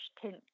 tint